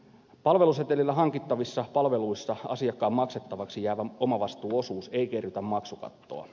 palvelusetelillä hankittavissa palveluissa asiakkaan maksettavaksi jäävä omavastuuosuus ei kerrytä maksukattoa